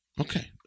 okay